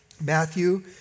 Matthew